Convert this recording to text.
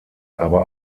aber